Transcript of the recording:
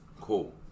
cool